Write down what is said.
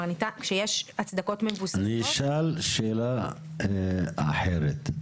אני אשאל שאלה אחרת.